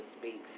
Speaks